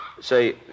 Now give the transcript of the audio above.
Say